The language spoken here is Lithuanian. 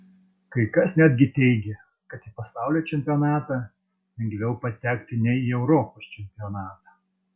kai kas netgi teigė kad į pasaulio čempionatą lengviau patekti nei į europos čempionatą